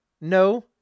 No